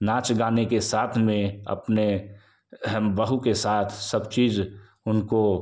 नाच गाने के साथ में अपने बहू के साथ सब चीज उनको